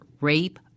rape